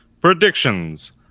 Predictions